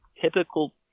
typical